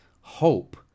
hope